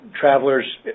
travelers